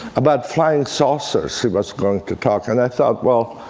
about flying saucers he was going to talk. and i thought, well,